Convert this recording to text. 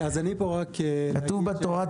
כתוב בתורה,